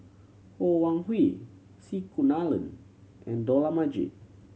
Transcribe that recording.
Ho Wan Hui C Kunalan and Dollah Majid